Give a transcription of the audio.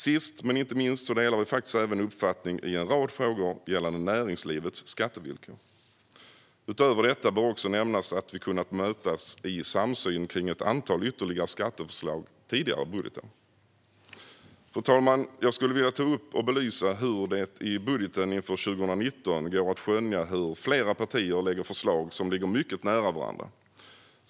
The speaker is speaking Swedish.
Sist men inte minst delar vi även uppfattning i en rad frågor gällande näringslivets skattevillkor. Utöver detta bör nämnas att vi har kunnat mötas i samsyn kring ytterligare ett antal skatteförslag tidigare budgetår. Fru talman! Jag skulle vilja ta upp och belysa att det i budgetförslagen för 2019 går att skönja att flera partier lägger fram förslag som ligger mycket nära varandra.